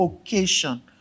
occasion